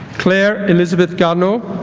claire elizabeth garnaut